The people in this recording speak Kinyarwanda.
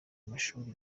amashuri